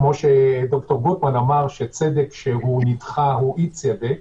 כפי שד"ר גוטמן אמר, שצדק שנדחה הוא אי-צדק,